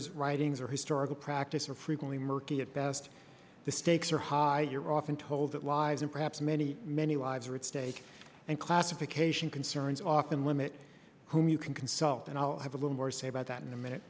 rs writings or historical practice are frequently murky at best the stakes are high you're often told that lives and perhaps many many lives are at stake and classification concerns often limit whom you can consult and i'll have a little more say about that in a minute